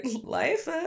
life